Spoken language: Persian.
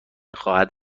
خواهد